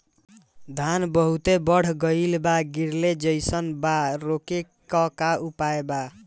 धान बहुत बढ़ गईल बा गिरले जईसन बा रोके क का उपाय बा?